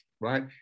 right